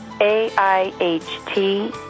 A-I-H-T